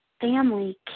family